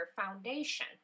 foundation